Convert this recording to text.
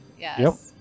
yes